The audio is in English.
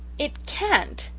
it can't,